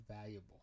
valuable